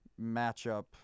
matchup